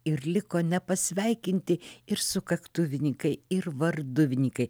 ir liko nepasveikinti ir sukaktuvininkai ir varduvininkai